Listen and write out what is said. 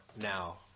now